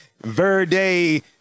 verde